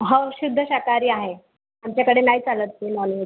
हो शुद्ध शाकाहारी आहे आमच्याकडे नाही चालत ते नॉनवेज